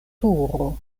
turo